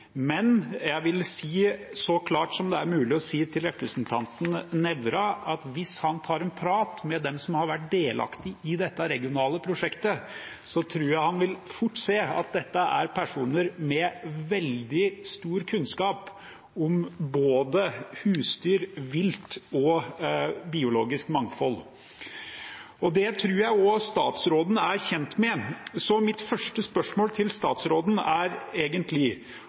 Men jeg vil si så klart som det er mulig å si til representanten Nævra at hvis han tar en prat med de som har vært delaktige i dette regionale prosjektet, tror jeg han fort vil se at dette er personer med veldig stor kunnskap om både husdyr, vilt og biologisk mangfold. Det tror jeg også statsråden er kjent med, så mitt første spørsmål til statsråden er egentlig